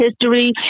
history